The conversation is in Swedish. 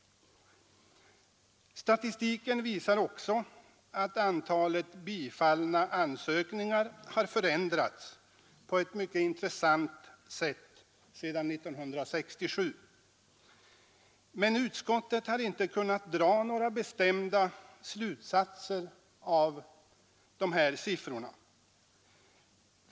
Statistiken visar också att antalet bifallna ansökningar har förändrats på ett intressant sätt sedan 1967, men utskottet har inte kunnat dra några bestämda slutsatser av siffrorna.